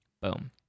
boom